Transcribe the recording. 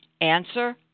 Answer